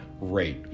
rate